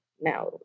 now